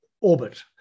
orbit